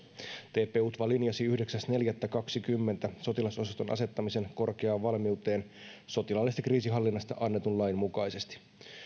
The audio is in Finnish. tp utva linjasi yhdeksäs neljättä kahdenkymmenen sotilasosaston asettamisen korkeaan valmiuteen sotilaallisesta kriisinhallinnasta annetun lain mukaisesti